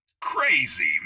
Crazy